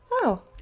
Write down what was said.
oh!